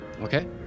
Okay